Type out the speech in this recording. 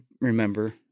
remember